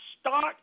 start